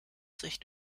sich